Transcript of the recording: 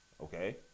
Okay